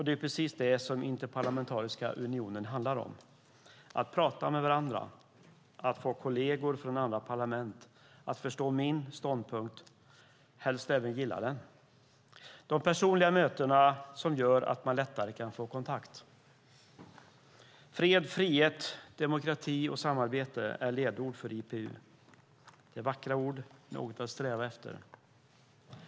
Det är precis det som Interparlamentariska unionen handlar om, att prata med varandra, att få kolleger från andra parlament att förstå ens ståndpunkt, helst även gilla den. De personliga mötena gör att man lättare kan få kontakt. Fred, frihet, demokrati och samarbete är ledord för IPU. Det är vackra ord, något att sträva efter.